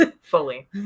Fully